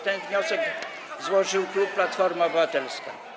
Ten wniosek złożył klub Platforma Obywatelska.